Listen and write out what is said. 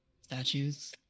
Statues